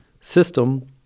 system